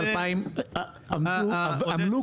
ברשותכם, חברות וחברים,